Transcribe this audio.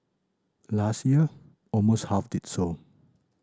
last year almost half did so